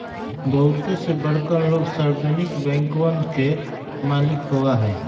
बहुते से बड़कन लोग सार्वजनिक बैंकवन के मालिक होबा हई